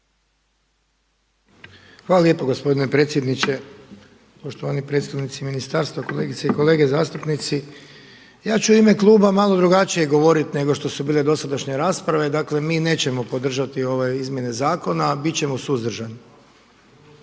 Hvala lijepo gospodine predsjedniče, poštovani predstavnici ministarstva, kolegice i kolege zastupnici. Ja ću u ime kluba malo drugačije govoriti nego što su bile dosadašnje rasprave. Dakle mi nećemo podržati ove izmjene zakona, biti ćemo suzdržani.